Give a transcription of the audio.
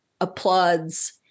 applauds